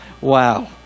wow